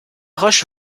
roche